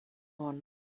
hwn